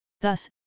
Thus